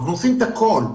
אנחנו עושים את הכול.